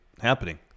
happening